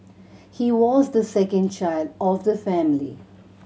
he was the second child of the family